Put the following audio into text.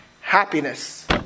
happiness